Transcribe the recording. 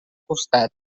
costat